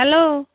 hello